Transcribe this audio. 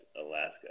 Alaska